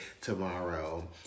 tomorrow